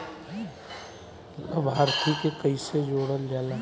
लभार्थी के कइसे जोड़ल जाला?